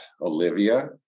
Olivia